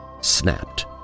snapped